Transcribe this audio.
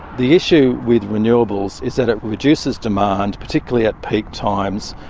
the issue with renewables is that it reduces demand, particularly at peak times,